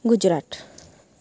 Gujarat